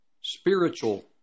Spiritual